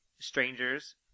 strangers